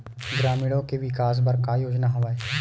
ग्रामीणों के विकास बर का योजना हवय?